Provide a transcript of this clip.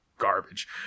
garbage